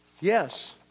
Yes